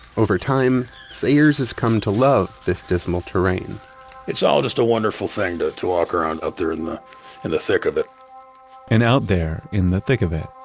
over time, sayers has come to love this dismal terrain it's all just a wonderful thing, to to walk around out there in the and the thick of it and out there in the thick of it,